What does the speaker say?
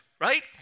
right